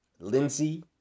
Lindsey